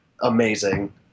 amazing